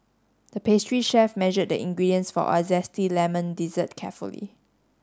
the pastry chef measured the ingredients for a zesty lemon dessert carefully